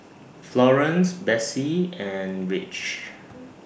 Florance Besse and Rich